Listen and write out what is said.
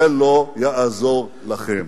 זה לא יעזור לכם.